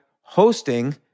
hosting